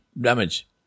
damage